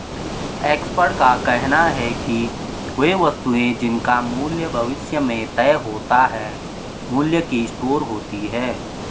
expert का कहना है कि वे वस्तुएं जिनका मूल्य भविष्य में तय होता है मूल्य की स्टोर होती हैं